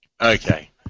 Okay